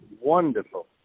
wonderful